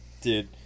Dude